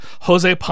Jose